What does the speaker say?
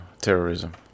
terrorism